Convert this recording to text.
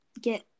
get